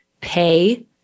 pay